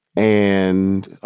and,